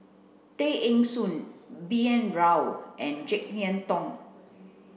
Tay Eng Soon B N Rao and Jek Yeun Thong